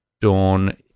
Dawn